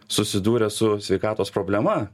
susidūrę su sveikatos problema